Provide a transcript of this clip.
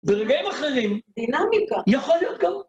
ברגעים אחרים, דינמיקה. יכול להיות גם.